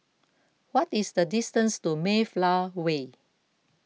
what is the distance to Mayflower Way